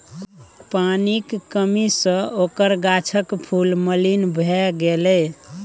पानिक कमी सँ ओकर गाछक फूल मलिन भए गेलै